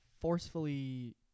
forcefully